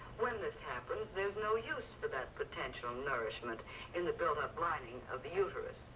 when this happens there's no use for that potential nourishment in the buildup lining of the uterus.